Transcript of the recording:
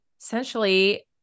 Essentially